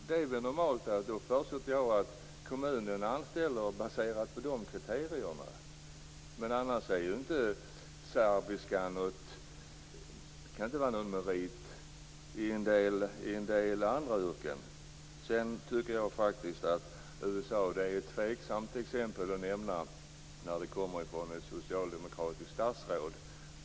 Då förutsätter jag att det är normalt att kommunen anställer baserat på de kriterierna. Men annars är ju inte serbiska någon merit i en del andra yrken. Sedan tycker jag faktiskt att USA är ett tveksamt exempel att nämna när det kommer från ett socialdemokratiskt statsråd.